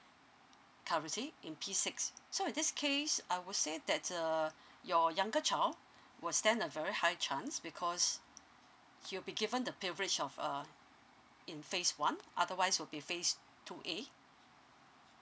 currently in P six so in this case I would say that uh your younger child will stand a very high chance because he'll be given the privilege of uh in phase one otherwise will be phase two A